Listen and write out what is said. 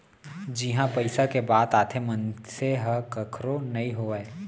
जिहाँ पइसा के बात आथे मनसे ह कखरो नइ होवय